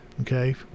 okay